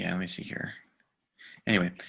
and me see here anyway.